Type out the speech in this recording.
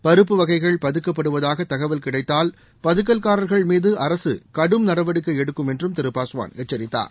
பருப்பு வகைகள் பதுக்கப்படுவதாக தகவல் கிடைத்தால் பதுக்கல்காரா்கள் மீது அரசு கடும் நடவடிக்கை எடுக்கும் என்றும் திரு பாஸ்வான் எச்சரித்தார்